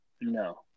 no